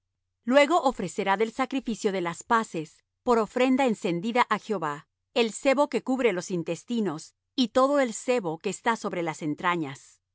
después ofrecerá de ella su ofrenda encendida á jehová el sebo que cubre los intestinos y todo el sebo que está sobre las entrañas